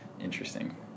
interesting